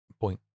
point